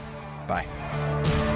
bye